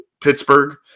Pittsburgh